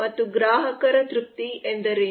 ಮತ್ತು ಗ್ರಾಹಕರ ತೃಪ್ತಿ ಎಂದರೇನು